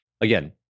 again